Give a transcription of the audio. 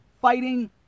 fighting